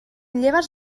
lleves